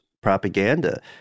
propaganda